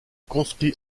construit